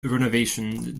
renovation